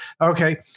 Okay